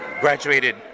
graduated